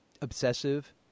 obsessive